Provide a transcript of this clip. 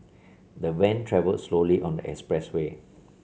the van travelled slowly on the expressway